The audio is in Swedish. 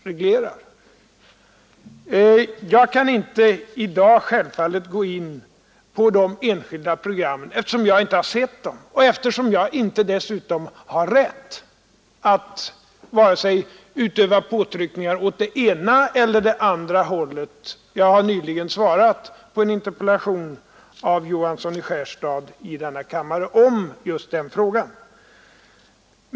Jag kan självfallet inte i dag gå in på en diskussion om dessa enskilda program, eftersom jag inte har sett dem och dessutom inte heller har rätt att utöva påtryckningar åt vare sig det ena eller det andra hållet. Jag har nyligen besvarat en interpellation av herr Johansson i Skärstad beträffande just denna fråga.